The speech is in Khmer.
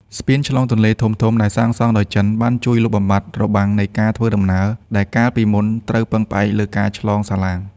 ស្ពានឆ្លងទន្លេធំៗដែលសាងសង់ដោយចិន បានជួយលុបបំបាត់របាំងនៃការធ្វើដំណើរដែលកាលពីមុនត្រូវពឹងផ្អែកលើការឆ្លងសាឡាង។